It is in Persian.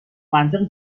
منطق